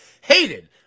hated